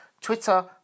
Twitter